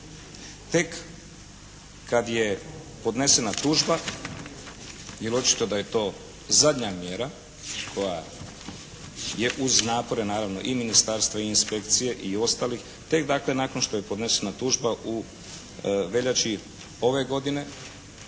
Tek kad je podnesena tužba jer očito da je to zadnja mjera koja je uz napore naravno i ministarstva i inspekcije i ostalih. Tek dakle nakon što je podnesena tužba u veljači ove godine